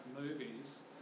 movies